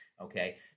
Okay